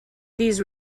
these